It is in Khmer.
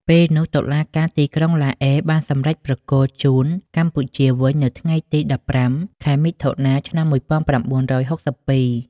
ពេលនោះ តុលាការទីក្រុងឡាអេបានសម្រេចប្រគល់មកជូនកម្ពុជាវិញនៅថ្ងៃទី១៥ ខែមិថុនា ឆ្នាំ១៩៦២។